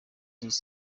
miss